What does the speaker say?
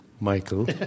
Michael